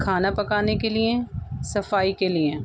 کھانا پکانے کے لیے صفائی کے لیے